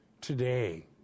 today